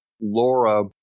Laura